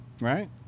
Right